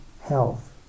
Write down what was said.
health